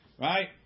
Right